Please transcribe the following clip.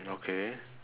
okay